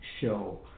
show